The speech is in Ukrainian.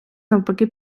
навпаки